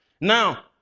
now